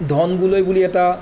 ধনগুলৈ বুলি এটা